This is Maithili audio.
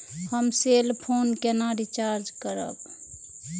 हम सेल फोन केना रिचार्ज करब?